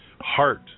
heart